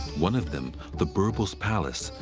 one of them, the birbal's palace,